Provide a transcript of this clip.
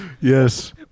Yes